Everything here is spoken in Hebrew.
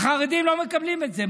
החרדים לא מקבלים את זה.